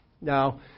Now